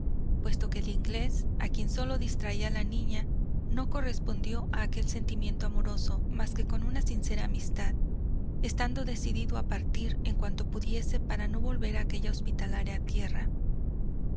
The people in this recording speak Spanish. puesto que el inglés a quien solo distraía la niña no correspondió a aquel sentimiento amoroso más que con una sincera amistad estando decidido a partir en cuanto pudiese para no volver a aquella hospitalaria tierra